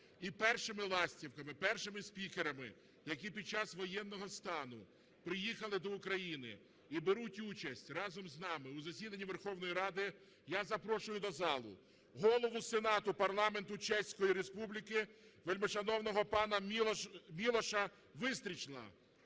І першими ластівками, першими спікерами, які під час воєнного стану приїхали до України і беруть участь разом з нами у засіданні Верховної Ради. Я запрошую до зали Голову Сенату парламенту Чеської Республіки вельмишановного пана Мілоша Вистрчіла.